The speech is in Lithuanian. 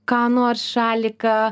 ką nors šaliką